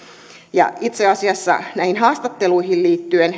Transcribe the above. ja itse asiassa näihin haastatteluihin liittyen